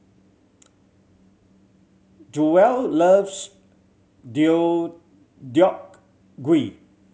Jewell loves Deodeok Gui